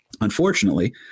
unfortunately